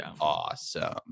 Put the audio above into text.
awesome